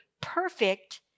perfect